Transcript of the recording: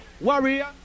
Warrior